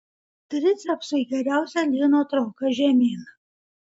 tricepsui geriausia lyno trauka žemyn